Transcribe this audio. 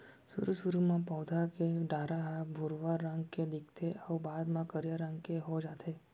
सुरू सुरू म पउधा के डारा ह भुरवा रंग के दिखथे अउ बाद म करिया रंग के हो जाथे